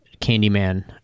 Candyman